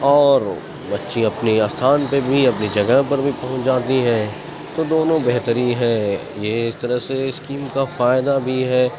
اور بچی اپنی استھان پہ بھی اپنی جگہ پر بھی پہنچ جاتی ہے تو دونوں بہتری ہے یہ ایک طرح سے اسکیم کا فائدہ بھی ہے